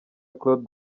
claude